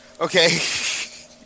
Okay